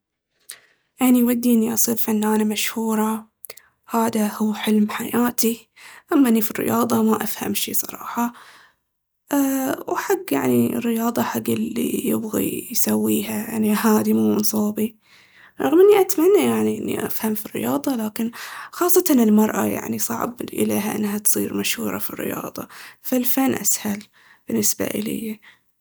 أني ودي إني أصير فنانة مشهورة، هذا هو حلم حياتي. أما أني في الرياضة ما أفهم شي صراحة. أ- وحق يعني الرياضة حق اللي يبغي يسويها يعني هذي مو من صوبي. رغم إني أتمنى يعني إني أفهم في الرياضة لكن خاصةً المرأة يعني صعب اليها انها تصير مشهورة في الرياضة، فالفن أسهل بالنسبة إليي.